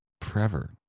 forever